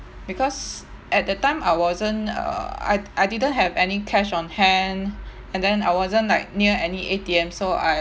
because at that time I wasn't err I I didn't have any cash on hand and then I wasn't like near any A_T_M so I